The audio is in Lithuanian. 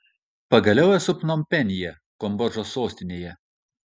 pagaliau esu pnompenyje kambodžos sostinėje